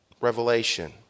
revelation